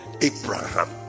Abraham